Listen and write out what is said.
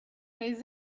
les